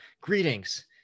greetings